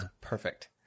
Perfect